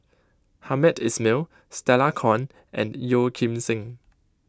Hamed Ismail Stella Kon and Yeo Kim Seng